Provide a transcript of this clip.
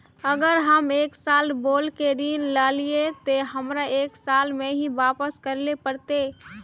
अगर हम एक साल बोल के ऋण लालिये ते हमरा एक साल में ही वापस करले पड़ते?